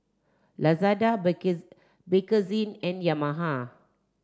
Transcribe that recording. Lazada Bakerzin and Yamaha